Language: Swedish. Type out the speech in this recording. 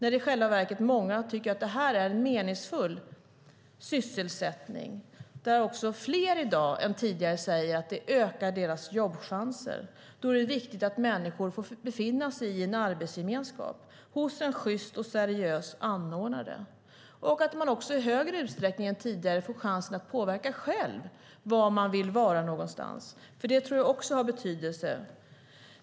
I själva verket är det många som tycker att det är en meningsfull sysselsättning. Det är också fler i dag än tidigare som säger att det ökar deras jobbchanser. Det är viktigt att människor får befinna sig i en arbetsgemenskap hos en sjyst och seriös anordnare. De får även i större utsträckning än tidigare chansen att själva påverka var de vill vara någonstans. Det tror jag också har betydelse.